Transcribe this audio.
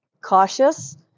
cautious